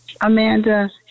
Amanda